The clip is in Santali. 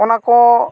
ᱚᱱᱟ ᱠᱚ